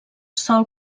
sol